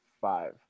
five